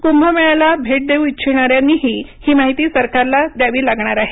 क्रंभमेळ्याला भेट देऊ इच्छिणाऱ्यांनाही ही माहिती सरकारला द्यावी लागणार आहे